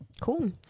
Cool